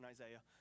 Isaiah